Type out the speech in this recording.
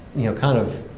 you know, kind of,